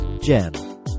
Jen